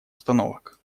установок